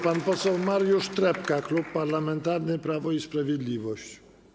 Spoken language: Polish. Pan poseł Mariusz Trepka, Klub Parlamentarny Prawo i Sprawiedliwość.